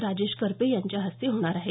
राजेश करपे यांच्या हस्ते होणार आहे